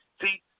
See